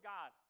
God